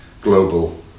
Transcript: global